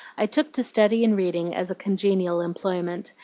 i took to study and reading as a congenial employment,